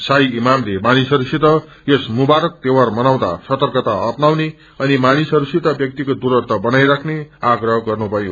शही इमामले मानिसहरूसित यस मुवारक तयौहार मनाउँदा सर्तकता अप्नाउने अनिमानिसहस्तिस व्याक्तिगत दूरतव बनाइराख्ने आग्रह गर्नुभयो